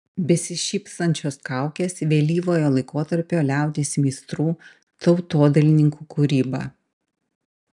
besišypsančios kaukės vėlyvojo laikotarpio liaudies meistrų tautodailininkų kūryba